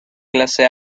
clase